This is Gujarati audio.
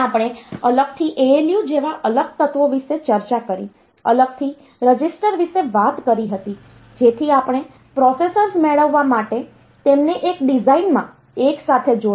આપણે અલગથી ALU જેવા અલગ તત્વો વિશે ચર્ચા કરી અલગથી રજીસ્ટર વિશે વાત કરી હતી જેથી આપણે પ્રોસેસર્સ મેળવવા માટે તેમને એક ડિઝાઇનમાં એકસાથે જોડીએ